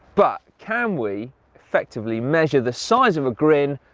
but can we effectively measure the size of a grin,